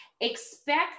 Expect